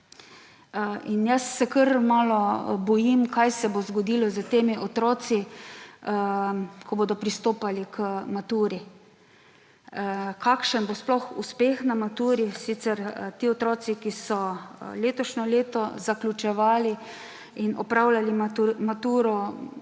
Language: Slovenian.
jaz se kar malo bojim, kaj se bo zgodilo s temi otroki, ko bodo pristopali k maturi. Kakšen bo sploh uspeh na maturi? Sicer ti otroci, ki so letošnje leto zaključevali in opravljali maturo,